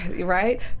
right